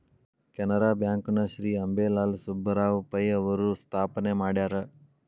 Canara bank ನ ಶ್ರೇ ಅಂಬೇಲಾಲ್ ಸುಬ್ಬರಾವ್ ಪೈ ಅವರು ಸ್ಥಾಪನೆ ಮಾಡ್ಯಾರ